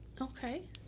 Okay